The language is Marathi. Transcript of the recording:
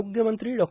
आरोग्य मंत्री डॉ